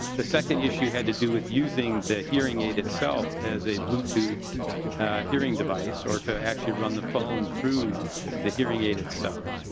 the second issue had to do with using the hearing aid itself as a bluetooth hearing device or to actually run the phone through the hearing aid itself.